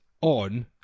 on